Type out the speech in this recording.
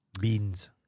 Beans